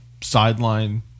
sideline